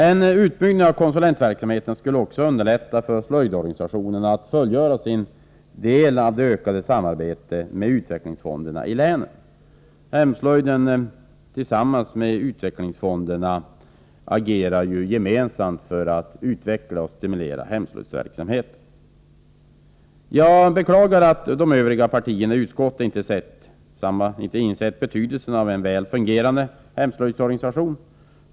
En utbyggnad av konsulentverksamheten skulle också underlätta för slöjdorganisationen att fullgöra sin del av det ökade samarbetet med utvecklingsfonderna i länen — hemslöjden agerar ju tillsammans med utvecklingsfonderna för att utveckla och stimulera hemslöjdsverksamheten. Jag beklagar att de övriga partierna i utskottet inte har insett betydelsen av en väl fungerande hemslöjdsorganisation.